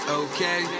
okay